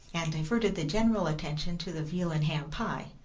and diverted the general attention to the veal and ham pie,